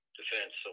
defense